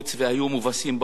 והיו מובסים באו"ם.